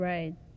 Right